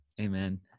amen